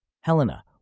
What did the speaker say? Helena